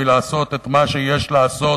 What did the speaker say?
לעשות את מה שיש לעשות,